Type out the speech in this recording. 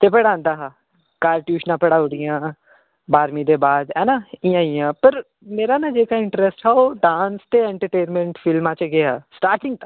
ते पढ़ांदा हा घर ट्यूशनां पढ़ई ओड़ियां बारमीं दे बाद ऐ ना इ'यां इ'यां पर मेरा ना जेह्का इंटरेस्ट हा ना ओह् डांस ते एंटरटेनमैट फिल्मां च गै हा स्टार्टिंग ता